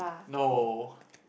no